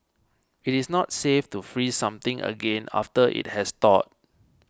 it is not safe to freeze something again after it has thawed